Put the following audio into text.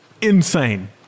Insane